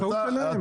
זאת האחריות עליהם.